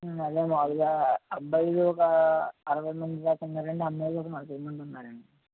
అదే మామూలుగా అబ్బాయిలు ఒక అరవై మంది దాకా ఉన్నారు అండి అమ్మాయిలు ఒక నలభై మంది ఉన్నారు అండి